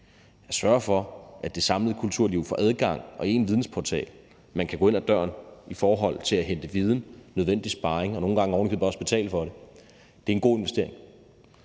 Vi sørger for, at det samlede kulturliv får adgang og én vidensportal, hvor man kan gå ind ad døren i forhold til at hente viden, nødvendig sparring og nogle gange ovenikøbet også betale for det. Det er en god investering.